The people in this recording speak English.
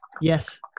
Yes